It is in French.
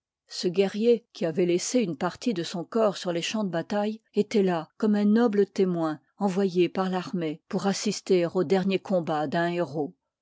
ce guerrier qui avoit laissé une partie de son corps sur les champs de bataille ëtoit là comme un noble témoin envoyé par tarmée pour assister au dernier combat d'un héros